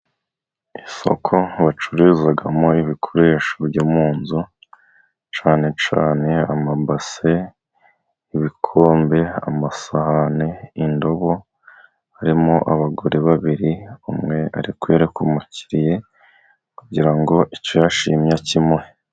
Isoko bacuruzamo ibikoresho byo mu nzu cyane cyane amambase, ibikombe, amasahani, indobo, harimo abagore babiri, umwe ari kwereka umukiriye, kugira ngo icyo yashimye akimuhe.